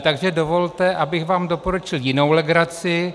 Takže dovolte, abych vám doporučil jinou legraci.